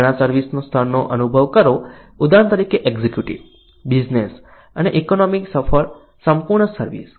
ઘણા સર્વિસ સ્તરનો અનુભવ કરો ઉદાહરણ તરીકે એક્ઝિક્યુટિવ બિઝનેસ અને ઈકોનોમી સંપૂર્ણ સર્વિસ